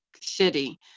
city